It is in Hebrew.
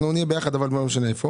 אנחנו נהיה ביחד אבל לא משנה איפה